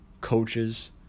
coaches